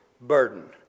burden